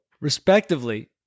respectively